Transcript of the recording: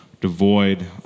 devoid